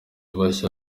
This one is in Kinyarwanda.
bashya